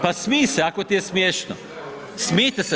Pa smije se ako ti je smiješno, smijte se.